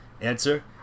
answer